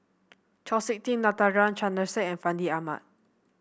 Chau SiK Ting Natarajan Chandrasekaran and Fandi Ahmad